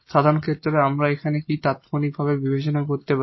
সাধারণ ক্ষেত্রে আমরা এখানে কি তাৎক্ষণিকভাবে বিবেচনা করতে পারি